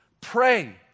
Pray